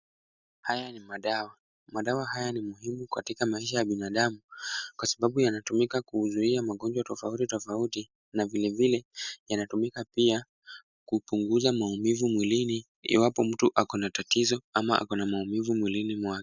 Haya ni madawa, madawa haya ni muhimu katika maisha ya binadamu, kwa sababu yanatumika kuzuia magonjwa tofauti tofauti na vile vile yanatumika pia kupunguza maumivu mwilini iwapo mtu ako na tatizo ama ako na maumivu mwilini mwake.